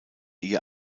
ihr